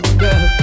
girl